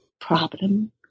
problem